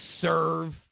serve